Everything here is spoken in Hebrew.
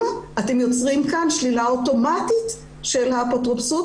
אתם יוצרים כאן שלילה אוטומטית של האפוטרופסות,